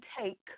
take